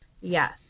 Yes